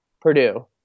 Purdue